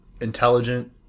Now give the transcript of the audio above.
Intelligent